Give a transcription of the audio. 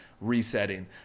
resetting